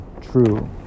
true